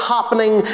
happening